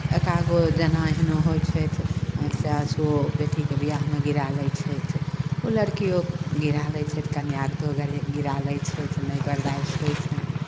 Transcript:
एक आध गो जेना एहन होइ छथि आँखिसँ आँसू बेटीके विवाहमे गिरा लै छथि ओ लड़किओ गिरा लै छथि कन्यागतो गर गिरा लै छथि नहि बरदाश्त होइ छनि